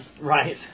Right